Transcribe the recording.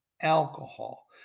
alcohol